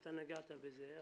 אתה נגעת בזה,